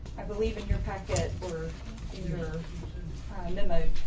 i believe in your packet or in your limo.